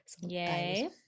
yay